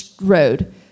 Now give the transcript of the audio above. road